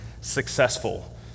successful